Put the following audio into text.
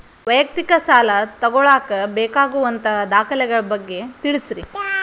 ವೈಯಕ್ತಿಕ ಸಾಲ ತಗೋಳಾಕ ಬೇಕಾಗುವಂಥ ದಾಖಲೆಗಳ ಬಗ್ಗೆ ತಿಳಸ್ರಿ